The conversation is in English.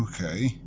okay